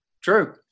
True